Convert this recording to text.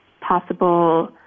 possible